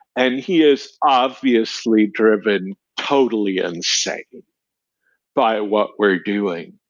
and he is obviously driven totally insane by what we're doing.